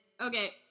Okay